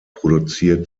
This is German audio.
produziert